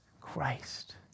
Christ